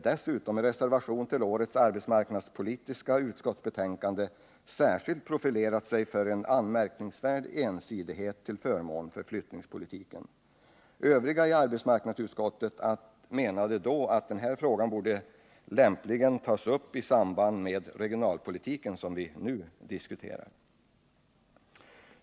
dessutom i reservation till årets arbetsmarknadspolitiska utskottsbetänkande särskilt profilerat sig för en anmärkningsvärd ensidighet till förmån för flyttningspolitiken. Övriga i arbetsmarknadsutskottet menade då att den här frågan lämpligen borde tas upp i samband med regionalpolitiken, som vi nu diskuterar.